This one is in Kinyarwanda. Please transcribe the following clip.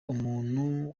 umuntu